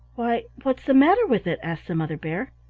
why, what's the matter with it? asked the mother bear.